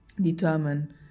determine